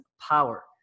power